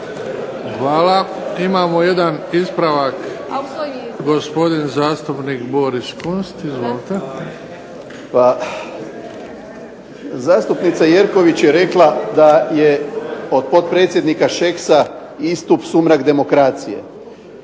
Hvala. Imamo jedan ispravak, gospodin zastupnik Boris Kunst. Izvolite. **Kunst, Boris (HDZ)** Pa zastupnica Jerković je rekla da je od potpredsjednika Šeksa istup sumrak demokracije.